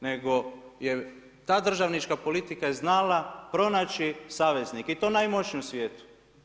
Nego je ta državnička politika znala pronaći saveznike i to najmoćnije u svijetu.